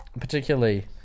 particularly